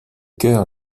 chœur